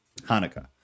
Hanukkah